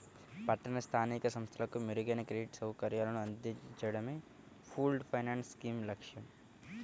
పట్టణ స్థానిక సంస్థలకు మెరుగైన క్రెడిట్ సౌకర్యాలను అందించడమే పూల్డ్ ఫైనాన్స్ స్కీమ్ లక్ష్యం